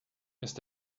ist